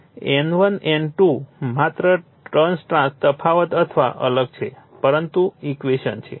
તેથી N1 N2 માત્ર trans તફાવત અથવા અલગ છે પરંતુ ઇક્વેશન્સ છે